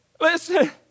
Listen